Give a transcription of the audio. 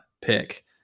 pick